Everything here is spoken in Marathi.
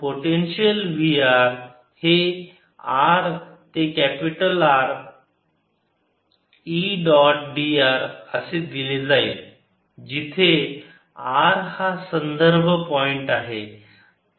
तर पोटेन्शियल v r हे r ते capital R E dot dr असे दिले जाईल जिथे r हा संदर्भ पॉइंट आहे